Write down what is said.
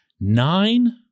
Nine